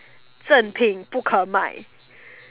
正品不可买